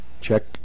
Check